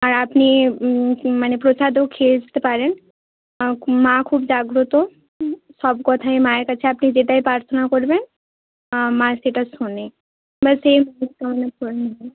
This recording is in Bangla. আর আপনি মানে প্রসাদও খেয়ে আসতে পারেন মা খুব জাগ্রত সব কথাই মায়ের কাছে আপনি যেটাই প্রার্থনা করবেন মা সেটা শোনে